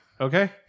Okay